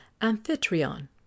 amphitryon